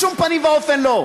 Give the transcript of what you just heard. בשום פנים ואופן לא.